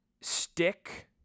stick